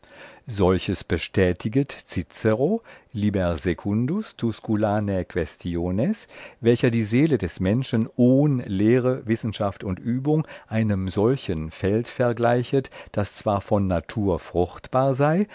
solches bestätiget cicero lieber secundus tusculaner welcher die seele des menschen ohn lehre wissenschaft und übung einem solchen feld vergleichet das zwar von natur fruchtbar sei